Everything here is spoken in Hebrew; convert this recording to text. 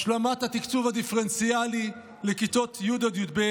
השלמת התקצוב הדיפרנציאלי לכיתות י' י"ב,